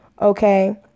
okay